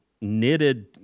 knitted